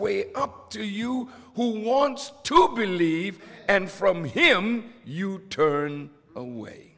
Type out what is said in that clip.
way to you who wants to believe and from him you turn away